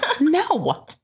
No